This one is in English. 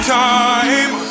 time